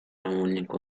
harmonic